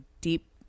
deep